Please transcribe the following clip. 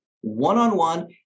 one-on-one